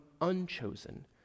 unchosen